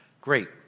Great